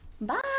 Bye